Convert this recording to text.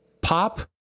pop